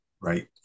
Right